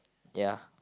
ya